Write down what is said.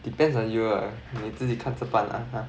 depends on you ah 你自己看着办 lah !huh!